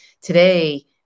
today